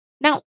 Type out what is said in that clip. Now